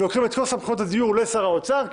לוקחים את כל סמכויות הדיור לשר האוצר,